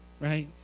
right